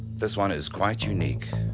this one is quite unique.